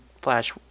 Flash